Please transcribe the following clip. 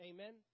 Amen